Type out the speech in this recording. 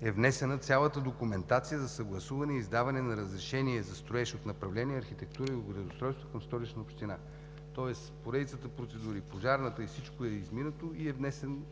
е внесена цялата документация за съгласуване и издаване на разрешение за строеж от направление „Архитектура и градоустройство“ към Столична община. Тоест поредицата процедури, Пожарната и всичко е изминато, и е внесен